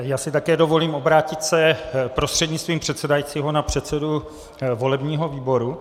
Já si také dovolím obrátit se prostřednictvím předsedajícího na předsedu volebního výboru.